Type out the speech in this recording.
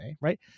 right